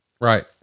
Right